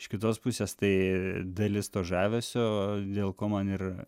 iš kitos pusės tai dalis to žavesio dėl ko man ir